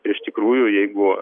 ir iš tikrųjų jeigu